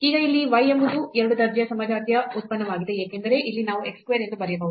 ಈಗ ಇಲ್ಲಿ ಈ z ಎಂಬುದು 2 ದರ್ಜೆಯ ಸಮಜಾತೀಯ ಉತ್ಪನ್ನವಾಗಿದೆ ಏಕೆಂದರೆ ಇಲ್ಲಿ ನಾವು x square ಎಂದು ಬರೆಯಬಹುದು